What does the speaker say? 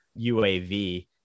UAV